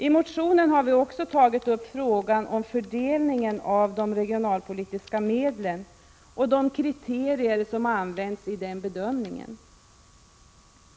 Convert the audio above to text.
I motionen har vi också tagit upp frågan om fördelningen av de regionalpolitiska medlen och de kriterier som använts i den bedömningen.